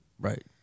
Right